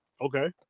okay